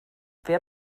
wer